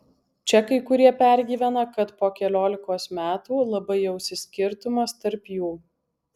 čia kai kurie pergyvena kad po keliolikos metų labai jausis skirtumas tarp jų